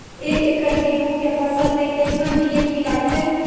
एक एकरऽ गेहूँ के फसल मे केतना डी.ए.पी लगतै?